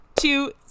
two